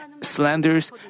slanders